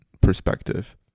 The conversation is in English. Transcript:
perspective